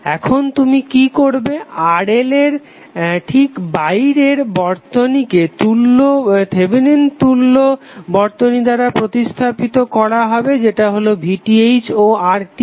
এখন তুমি কি করবে RL এর ঠিক বাইরের বর্তনীটিকে থেভেনিন তুল্য বর্তনী দ্বারা প্রতিস্থাপিত করা হবে যেটা হলো VTh ও RTh